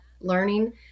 learning